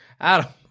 Adam